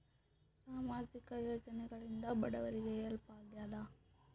ಸಾಮಾಜಿಕ ಯೋಜನೆಗಳಿಂದ ಬಡವರಿಗೆ ಹೆಲ್ಪ್ ಆಗ್ಯಾದ?